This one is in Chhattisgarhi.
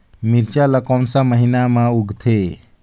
मिरचा ला कोन सा महीन मां उगथे?